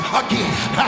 again